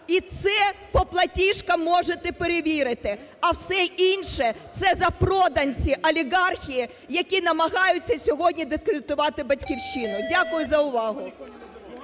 І це по платіжкам можете перевірити. А все інше – це запроданці, олігархи, які намагаються сьогодні дискредитувати "Батьківщину". Дякую за увагу.